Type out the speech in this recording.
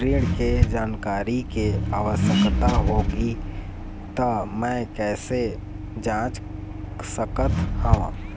ऋण के जानकारी के आवश्यकता होगी त मैं कैसे जांच सकत हव?